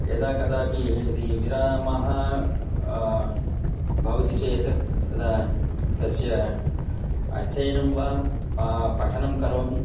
यदा कदापि यदि विरामः भवति चेत् तदा तस्य अध्ययनं वा पठनं करोमि